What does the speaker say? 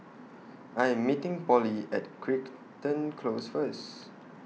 I Am meeting Polly At Cric hton Close First